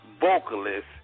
vocalist